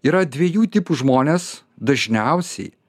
yra dviejų tipų žmonės dažniausiai